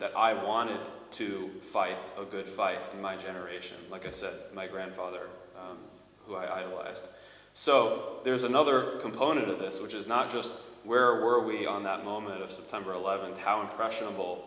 that i wanted to fight a good fight in my generation like i said my grandfather who i last so there's another component of this which is not just where were we on that moment of september eleventh how impressionable